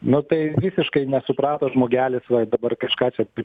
nu tai visiškai nesuprato žmogelis va dabar kažką čia